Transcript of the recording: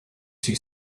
see